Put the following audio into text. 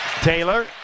Taylor